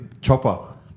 chopper